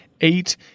eight